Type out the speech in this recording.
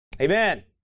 Amen